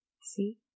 See